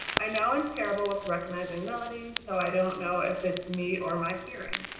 i know i'm terrible with recognizing melodies so i don't know if it's me or my hearing.